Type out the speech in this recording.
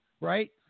Right